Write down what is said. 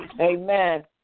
Amen